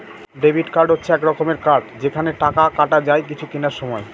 debit card হচ্ছে এক রকমের কার্ড যেখানে টাকা কাটা যায় কিছু কেনার সময়